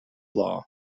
law